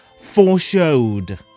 foreshowed